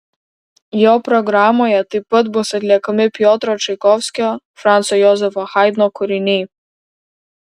jo programoje taip pat bus atliekami piotro čaikovskio franco jozefo haidno kūriniai